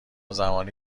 زمانی